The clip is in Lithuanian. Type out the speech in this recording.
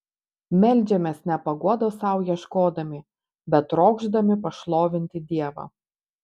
meldžiamės ne paguodos sau ieškodami bet trokšdami pašlovinti dievą